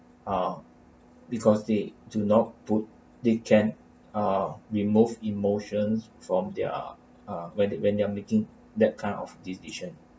uh because they do not put they can uh removed emotions from their uh when they when they're making that kind of decision